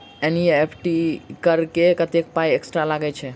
NEFT करऽ मे कत्तेक पाई एक्स्ट्रा लागई छई?